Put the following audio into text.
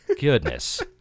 goodness